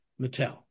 Mattel